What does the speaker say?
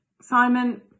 Simon